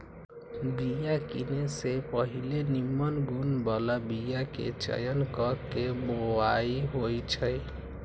बिया किने से पहिले निम्मन गुण बला बीयाके चयन क के बोआइ होइ छइ